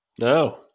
no